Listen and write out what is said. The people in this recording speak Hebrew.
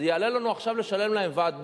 יעלה לנו עכשיו לשלם בשבילם לוועד הבית.